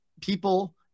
people